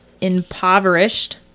impoverished